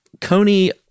Coney